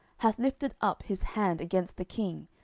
hath lifted up his hand against the king,